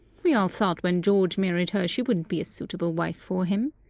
we all thought when george married her she wouldn't be a suitable wife for him.